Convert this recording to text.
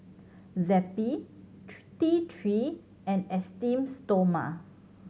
Zappy T Three and Esteem Stoma